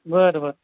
बरं बर